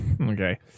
okay